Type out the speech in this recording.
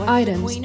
items